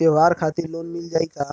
त्योहार खातिर लोन मिल जाई का?